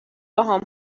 باهام